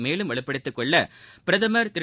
மேலும் வலுப்படுத்தி கொள்ள பிரதமா் திரு